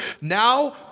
Now